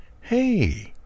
hey